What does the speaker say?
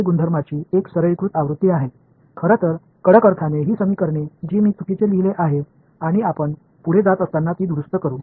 உண்மையில் கண்டிப்பான அர்த்தத்தில் பார்த்தாள் இந்த சமன்பாடுகளை நான் தவறாக எழுதியுள்ளேன் மேலும் இந்த போக்கில் மேலும் செல்லும்போது அவற்றை சரிசெய்வோம்